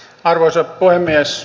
arvoisa puhemies